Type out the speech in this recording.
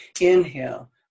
Inhale